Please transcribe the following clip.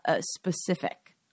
specific